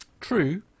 True